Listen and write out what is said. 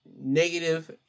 negative